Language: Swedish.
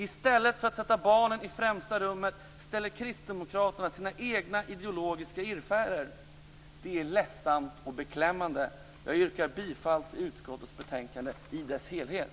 I stället för att sätta barnen i främsta rummet ställer Kristdemokraterna sina egna ideologiska irrfärder i centrum. Det är ledsamt och beklämmande. Jag yrkar åter bifall till utskottets hemställan i dess helhet.